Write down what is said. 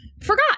forgot